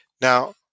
Now